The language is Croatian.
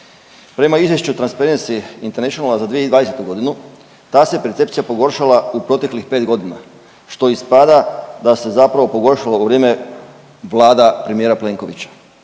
Prema izvješću Transparency Internationala za 2020.g. ta se percepcija pogoršala u proteklih pet godina što ispada da se zapravo pogoršalo u vrijeme vlada premijera Plenkovića.